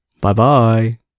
Bye-bye